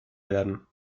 werden